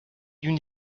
d’une